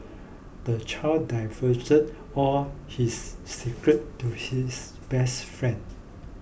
the child divulged all his secret to his best friend